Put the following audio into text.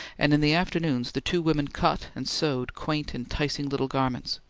and in the afternoons the two women cut and sewed quaint, enticing little garments.